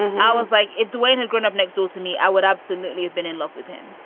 and i was like, if dwayne had grown up next door to me, i would absolutely have been in love with him,